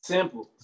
Simple